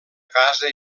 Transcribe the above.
casa